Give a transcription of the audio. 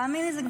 תאמין לי,